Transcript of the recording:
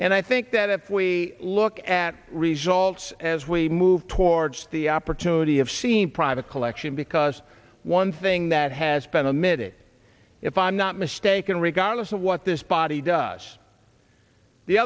and i think that we look at results as we move towards the opportunity of seeing private collection because one thing that has been a minute if i'm not mistaken regardless of what this body does the